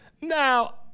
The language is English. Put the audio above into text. Now